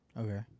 Okay